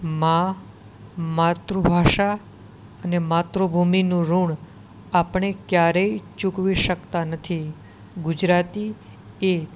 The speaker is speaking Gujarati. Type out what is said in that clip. મા માતૃભાષા અને માતૃભૂમિનું ઋણ આપણે ક્યારેય ચૂકવી શકતા નથી ગુજરાતી એ